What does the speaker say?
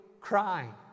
crying